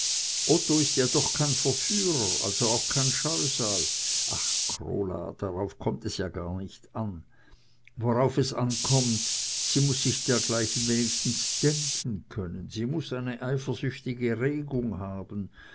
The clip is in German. otto ist ja doch kein verführer also auch kein scheusal ach krola darauf kommt es ja gar nicht an worauf es ankommt ist sie muß sich dergleichen wenigstens denken können sie muß eine eifersüchtige regung haben